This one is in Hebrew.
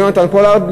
לגבי יונתן פולארד,